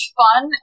fun